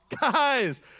Guys